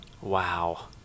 Wow